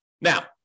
Now